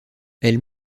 elle